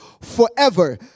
forever